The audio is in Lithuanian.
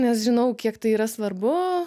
nes žinau kiek tai yra svarbu